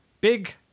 Big